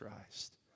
Christ